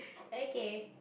okay